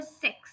six